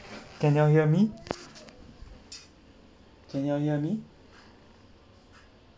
can you hear me can you all hear me